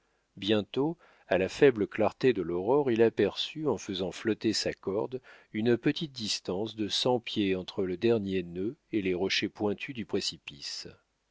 bientôt à la faible clarté de l'aurore il aperçut en faisant flotter sa corde une petite distance de cent pieds entre le dernier nœud et les rochers pointus du précipice